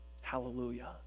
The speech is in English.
Hallelujah